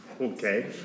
Okay